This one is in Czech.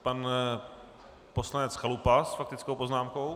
Pan poslanec Chalupa s faktickou poznámkou.